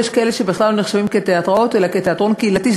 יש כאלה שבכלל לא נחשבים לתיאטראות אלא לתיאטרון קהילתי,